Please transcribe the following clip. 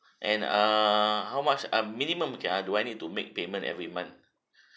and err how much ah minimum can I do I need to make payment every month